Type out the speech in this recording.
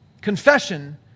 Confession